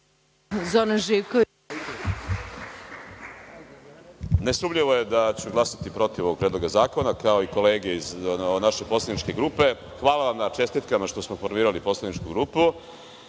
Živković** Nesumnjivo je da ću glasati protiv ovog Predloga zakona, kao i kolege iz naše poslaničke grupe. Hvala vam na čestitkama, što smo formirali poslaničku grupu. Ovo